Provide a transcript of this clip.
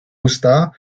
usta